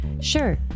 Sure